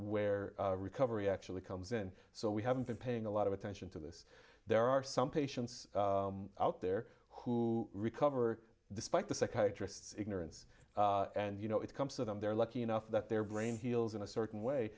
where recovery actually comes in so we haven't been paying a lot of attention to this there are some patients out there who recover despite the psychiatrist's ignorance and you know it comes to them they're lucky enough that their brain heals in a certain way